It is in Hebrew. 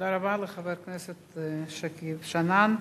תודה רבה לחבר הכנסת שכיב שנאן.